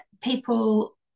people